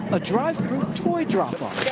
a drive-through toy drop off